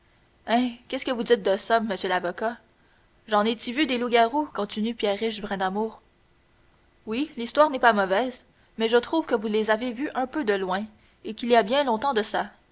qu'est-ce que vous dites de ça m l'avocat j'en ai t y vu des loups-garous continue pierriche brindamour oui l'histoire n'est pas mauvaise mais je trouve que vous les avez vus un peu de loin et qu'il y a bien longtemps de ça